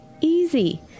easy